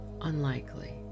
unlikely